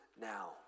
now